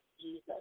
Jesus